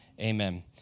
Amen